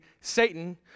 Satan